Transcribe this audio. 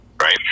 Right